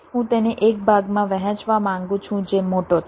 હું તેને એક ભાગમાં વહેંચવા માંગુ છું જે મોટો છે